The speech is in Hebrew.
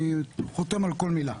אני חותם על כל מילה.